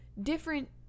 different